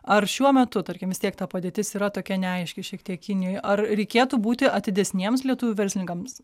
ar šiuo metu tarkim vis tiek ta padėtis yra tokia neaiški šiek tiek kinijoj ar reikėtų būti atidesniems lietuvių verslininkams